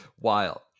wild